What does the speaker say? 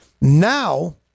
Now